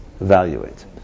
Evaluate